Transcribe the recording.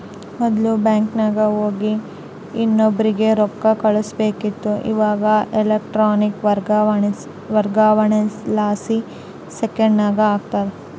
ಮೊದ್ಲು ಬ್ಯಾಂಕಿಗೆ ಹೋಗಿ ಇನ್ನೊಬ್ರಿಗೆ ರೊಕ್ಕ ಕಳುಸ್ಬೇಕಿತ್ತು, ಇವಾಗ ಎಲೆಕ್ಟ್ರಾನಿಕ್ ವರ್ಗಾವಣೆಲಾಸಿ ಸೆಕೆಂಡ್ನಾಗ ಆಗ್ತತೆ